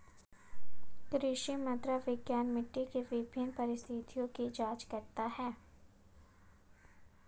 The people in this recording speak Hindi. कृषि मृदा विज्ञान मिट्टी के विभिन्न परिस्थितियों की जांच करता है